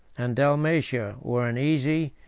and dalmatia, were an easy,